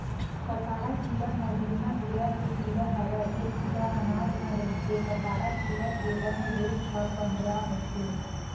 पताड़ा कीरा ह जुन्ना बेरा के कीरा हरय ऐ कीरा अनाज म रहिथे पताड़ा कीरा के रंग रूप ह पंडरा होथे